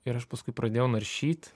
ir aš paskui pradėjau naršyt